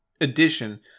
addition